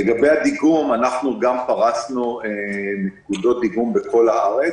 לגבי הדיגום אנחנו כבר פרשנו נקודות דיגום בכל הארץ,